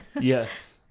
yes